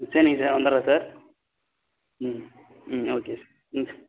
சரிங்க சார் வந்துடுறேன் சார் ம் ம் ஓகே சார் ம்